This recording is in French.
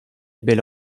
belle